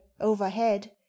overhead